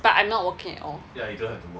but I'm not working at all